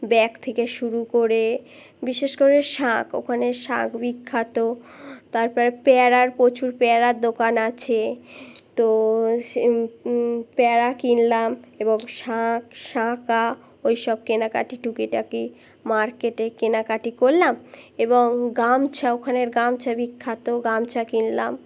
bag থেকে শুরু করে বিশেষ করে শাঁখ ওখানে শাঁখ বিখ্যাত তারপরে প্যারা পোচুর প্যারার দোকান আছে তো সে প্যারা কিনলাম এবং শাঁখ শাঁখাঁ ওই সব কেনাকাটি টুকিটাকি মার্কেটে কেনাকাটি করলাম এবং গামছা ওখানের গামছা বিখ্যাত গামছা কিনলাম